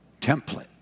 template